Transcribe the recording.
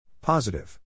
Positive